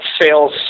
sales